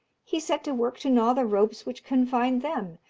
he set to work to gnaw the ropes which confined them,